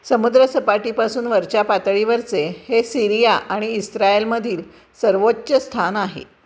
समुद्रसपाटीपासून वरच्या पातळीवरचे हे सिरिया आणि इस्रायलमधील सर्वोच्च स्थान आहे